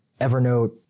Evernote